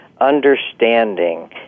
understanding